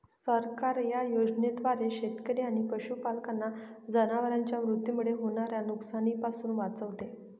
सरकार या योजनेद्वारे शेतकरी आणि पशुपालकांना जनावरांच्या मृत्यूमुळे होणाऱ्या नुकसानीपासून वाचवते